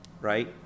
right